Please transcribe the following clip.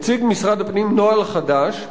הציג משרד הפנים נוהל חדש שנקרא: